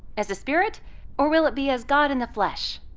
as a spirit or will it be as god in the flesh?